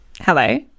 Hello